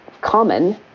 common